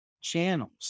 channels